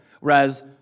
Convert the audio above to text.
whereas